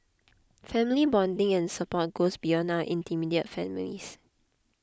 family bonding and support goes beyond our immediate families